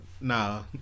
Nah